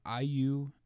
IU